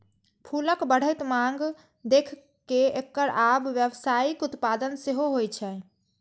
फूलक बढ़ैत मांग देखि कें एकर आब व्यावसायिक उत्पादन सेहो होइ छै